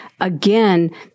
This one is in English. again